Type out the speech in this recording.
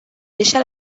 deixa